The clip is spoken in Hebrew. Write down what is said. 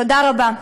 תודה רבה.